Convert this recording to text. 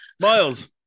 Miles